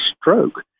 stroke